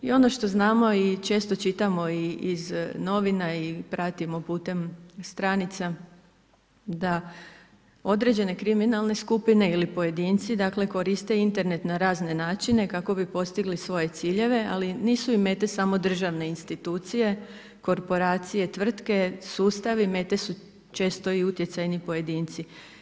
I ono što znamo i često čitamo i iz novina i pratimo putem stranica, da određene kriminalne skupine ili pojedinci, dakle, koriste Internet na razne načine, kako bi postigli svoje ciljeve, ali nisu im mete samo državne institucije, korporacije, tvrtke, sustavi, mete su često i utjecajni pojedinci.